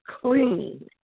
clean